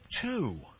two